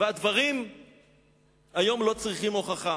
היום הדברים לא צריכים הוכחה.